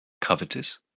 covetous